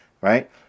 right